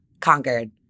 Conquered